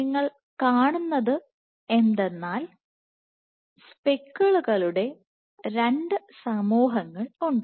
നിങ്ങൾ കാണുന്നതെന്തെന്നാൽ സ്പെക്കിളുകളുടെ രണ്ട് സമൂഹങ്ങൾ ഉണ്ട്